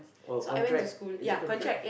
oh contract is it contract